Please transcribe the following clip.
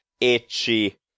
itchy